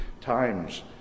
times